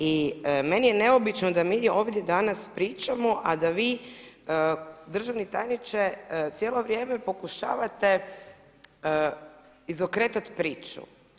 I meni je neobično da mi ovdje danas pričamo, a da vi državni tajniče cijelo vrijeme pokušavate izokretat priču.